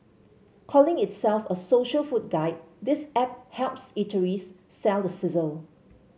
calling itself a social food guide this app helps eateries sell the sizzle